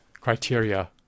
criteria